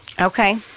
Okay